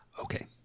Okay